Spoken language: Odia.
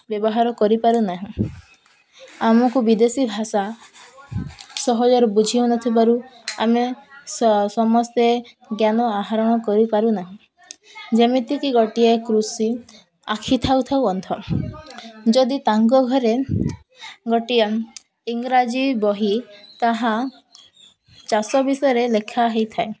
ବ୍ୟବହାର କରିପାରୁନାହୁଁ ଆମକୁ ବିଦେଶୀ ଭାଷା ସହଜରେ ବୁଝି ହଉନଥିବାରୁ ଆମେ ସ ସମସ୍ତେ ଜ୍ଞାନ ଆହରଣ କରିପାରୁନାହୁଁ ଯେମିତିକି ଗୋଟିଏ କୃଷି ଆଖି ଥାଉ ଥାଉ ଅନ୍ଧ ଯଦି ତାଙ୍କ ଘରେ ଗୋଟିଏ ଇଂରାଜୀ ବହି ତାହା ଚାଷ ବିଷୟରେ ଲେଖା ହେଇଥାଏ